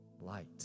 light